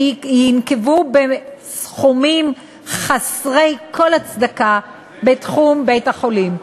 שנוקבים בסכומים חסרי כל הצדקה בתחום בית-החולים.